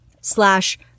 slash